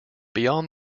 beyond